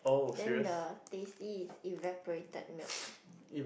then the teh C evaporated milk